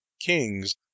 king's